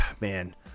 man